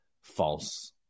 false